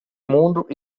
mundo